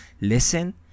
Listen